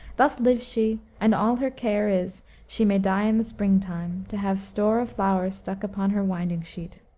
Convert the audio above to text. thus lives she, and all her care is she may die in the spring-time, to have store of flowers stuck upon her winding-sheet.